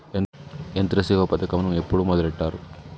యంత్రసేవ పథకమును ఎప్పుడు మొదలెట్టారు?